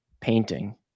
painting